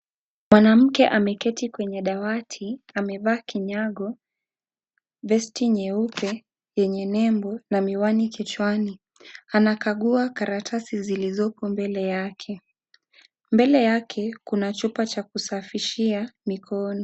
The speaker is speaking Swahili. Mwanamke ameketi kwenye dawati, amevaa kinyago, vesti nyeupe yenye nembo na miwani kichwani. Anakagua karatasi zilizoko mbele yake. Mbele yake, kuna chupa cha kusafisha mikono.